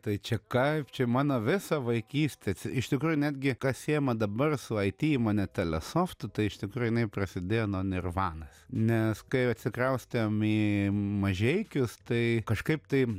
tai čia kaip čia mano visa vaikystė iš tikrųjų netgi kas siejama dabar su it įmone telesoftu tai iš tikro jinai prasidėjo nuo nirvanos nes kai jau atsikraustėm į mažeikius tai kažkaip tai